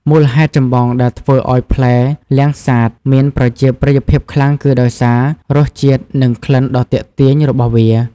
មូលហេតុចម្បងដែលធ្វើឲ្យផ្លែលាំងសាតមានប្រជាប្រិយភាពខ្លាំងគឺដោយសារ រសជាតិ និងក្លិនដ៏ទាក់ទាញ របស់វា។